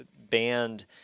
banned